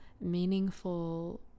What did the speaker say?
meaningful